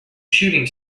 shooting